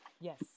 Yes